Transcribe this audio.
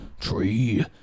Tree